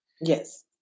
Yes